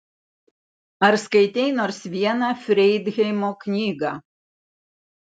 ar skaitei nors vieną freidheimo knygą